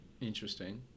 Interesting